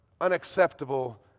unacceptable